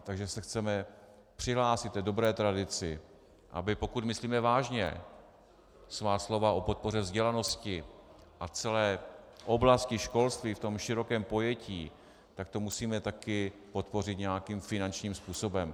Takže se chceme přihlásit k dobré tradici, aby pokud myslíme vážně svá slova o podpoře vzdělanosti a celé oblasti školství v tom širokém pojetí, tak to musíme taky podpořit nějakým finančním způsobem.